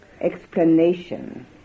explanation